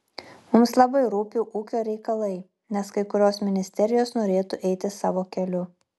mums labai rūpi ūkio reikalai nes kai kurios ministerijos norėtų eiti savo keliu